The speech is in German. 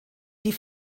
die